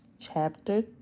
chapter